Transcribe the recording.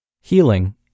Healing